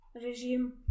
regime